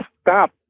stop